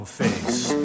face